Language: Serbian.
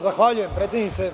Zahvaljujem, predsednice.